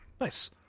Nice